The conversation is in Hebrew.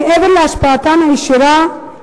מעבר להשפעתן הישירה,